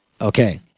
Okay